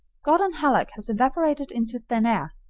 gordon hallock has evaporated into thin air.